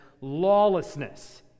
lawlessness